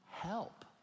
help